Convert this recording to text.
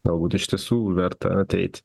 galbūt iš tiesų verta ateiti